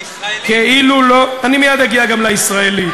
אני מייד אגיע גם לישראלי.